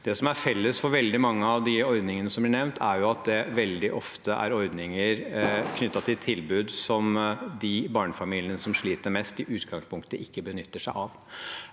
Det som er felles for veldig mange av de ordningene som ble nevnt, er at det veldig ofte er ordninger som er knyttet til tilbud som de barnefamiliene som sliter mest, i utgangspunktet ikke benytter seg av.